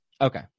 Okay